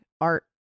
art